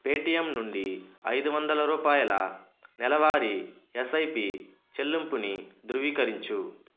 Paytm నుండి ఐదు వందల రూపాయల నెలవారీ ఎస్ఐపి చెల్లింపుని ధృవీకరించు